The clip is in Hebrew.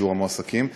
בשיעור המועסקים,